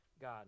God